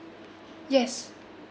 yes